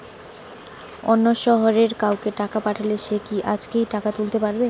অন্য শহরের কাউকে টাকা পাঠালে সে কি আজকেই টাকা তুলতে পারবে?